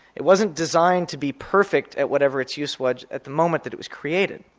it wasn't designed to be perfect at whatever its use was at the moment that it was created.